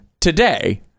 today